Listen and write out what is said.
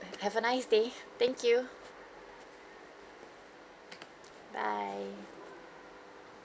have a nice day thank you bye